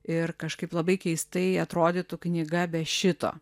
ir kažkaip labai keistai atrodytų knyga be šito